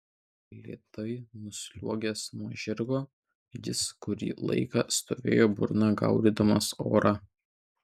lėtai nusliuogęs nuo žirgo jis kurį laiką stovėjo burna gaudydamas orą